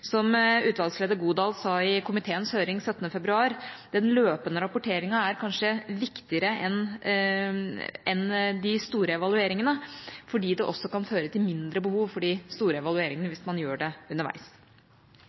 Utvalgsleder Godal sa i komiteens høring den 17. februar at den løpende rapporteringen kanskje er viktigere enn de store evalueringene, fordi det også kan føre til mindre behov for de store evalueringene hvis man gjør det underveis.